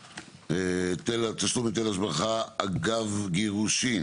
(תיקון - דחיית תשלום היטל השבחה אגב גירושין)